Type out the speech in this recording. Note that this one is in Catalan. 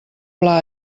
pla